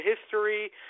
history